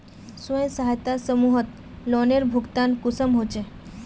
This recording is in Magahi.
स्वयं सहायता समूहत लोनेर भुगतान कुंसम होचे?